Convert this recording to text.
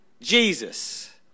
Jesus